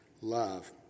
love